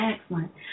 Excellent